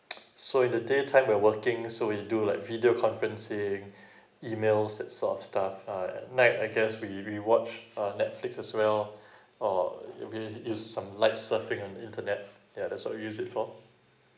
so in the day time we are working so we do like video conferencing emails that sort of stuff uh at night I just re~ rewatch uh netflix as well or maybe use some light surfing on the internet yeah that's what we use it for